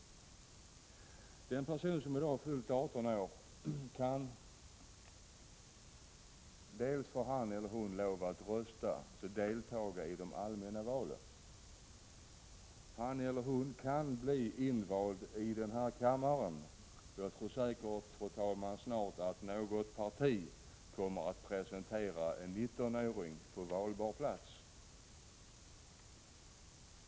I dag förhåller det sig på följande sätt: Den person som har fyllt 18 år har rätt att rösta i allmänna val. Han eller hon kan bli invald i denna kammare. Och jag tror, fru talman, att något parti snart kommer att presentera en 19-åring på valbar plats.